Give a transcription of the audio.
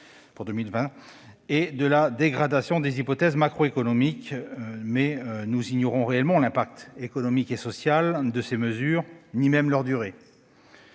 et de la dégradation des hypothèses macroéconomiques ; mais nous ignorons réellement l'impact économique et social de ces mesures et même leur durée.